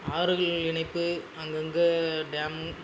ஆறுகள் இணைப்பு அங்கங்கே டேம்